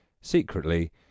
Secretly